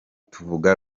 tuvuga